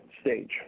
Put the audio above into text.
stage